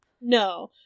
No